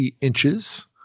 inches